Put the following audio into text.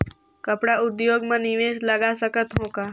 कपड़ा उद्योग म निवेश लगा सकत हो का?